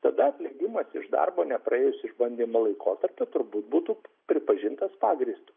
tada atleidimas iš darbo nepraėjus išbandymo laikotarpio turbūt būtų pripažintas pagrįstu